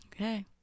Okay